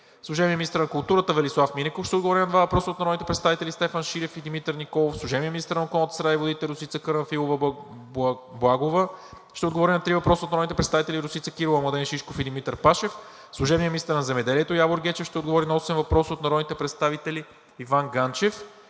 Служебният министър на културата Велислав Минеков ще отговори на два въпроса от народните представители Стефан Шилев; и Димитър Николов. 16. Служебният министър на околната среда и водите Росица Карамфилова-Благова ще отговори на три въпроса от народните представители Росица Кирова; Младен Шишков; и Димитър Пашев. 17. Служебният министър на земеделието Явор Гечев ще отговори на осем въпроса от народните представители Иван Ганчев;